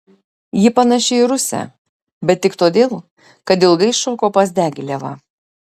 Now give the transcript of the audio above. ji panaši į rusę bet tik todėl kad ilgai šoko pas diagilevą